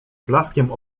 blaskiem